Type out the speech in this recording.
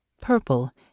purple